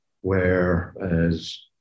Whereas